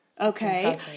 Okay